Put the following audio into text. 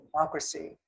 democracy